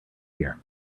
here